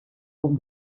oben